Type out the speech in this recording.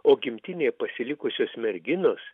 o gimtinėje pasilikusios merginos